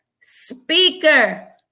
speaker